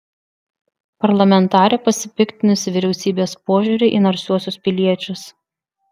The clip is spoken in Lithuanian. parlamentarė pasipiktinusi vyriausybės požiūriu į narsiuosius piliečius